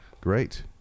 Great